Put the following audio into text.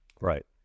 Right